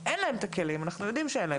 אנחנו יודעים שאין להם.